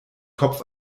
kopf